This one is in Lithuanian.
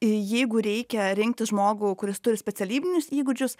jeigu reikia rinktis žmogų kuris turi specialybinius įgūdžius